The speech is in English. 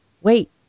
wait